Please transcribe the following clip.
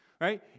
right